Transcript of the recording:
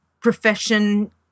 profession